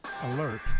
alert